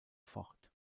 fort